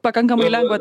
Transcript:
pakankamai lengva